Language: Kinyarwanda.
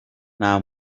nta